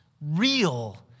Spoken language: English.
real